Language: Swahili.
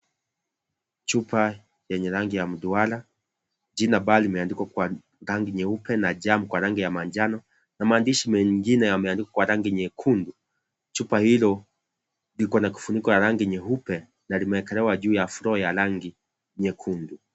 Chupa yenye rangi ya mduara jina Bali limeandikwa kwa rangi nyeupe na Jaam kwa na maandishi mengine yameandikwa kwa nyekundu chupa hilo likona kifuniko ya rangi nyeupe na limeekelewa juu ya floor ya rangi nyekundu.